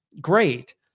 Great